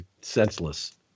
senseless